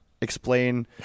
explain